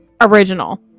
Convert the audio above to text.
original